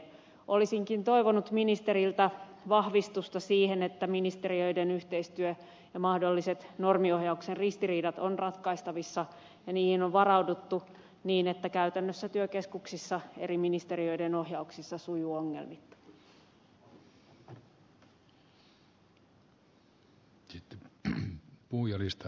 olisinkin toivonut ministeriltä vahvistusta siihen että ministeriöiden yhteistyö ja mahdolliset normiohjauksen ristiriidat on ratkaistavissa ja niihin on varauduttu niin että käytännössä työ keskuksissa eri ministeriöiden ohjauksissa sujuu ongelmitta